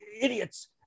idiots